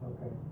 Okay